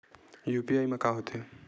UPI मा का होथे?